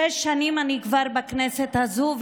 שש שנים אני כבר בכנסת הזאת,